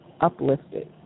uplifted